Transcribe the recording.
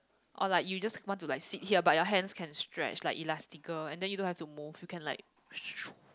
or like you just want to like sit here but your hands can stretch like Elasticgirl and then you don't have to move you can like